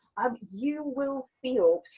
um you will feel,